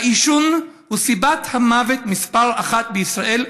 העישון הוא סיבת המוות מספר אחת בישראל,